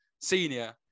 senior